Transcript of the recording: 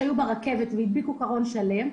שהיו ברכבת והדביקו קרון שלם,